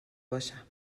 باشم